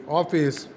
office